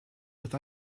with